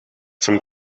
zum